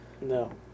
No